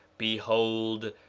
behold,